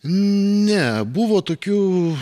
ne buvo tokių